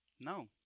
No